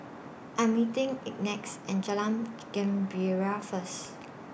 I'm meeting Ignatz and Jalan Gembira First